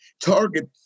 target